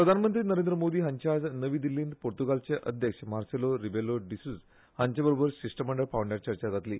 प्रधानमंत्री नरेंद्र मोदी हांची आयज नवी दिल्लींत पुर्तुगालाचे अध्यक्ष मार्सेलो रिबेलो डिसोझा हांचे बरोबर शिश्टमंडळ पांवड्यार चर्चा जातली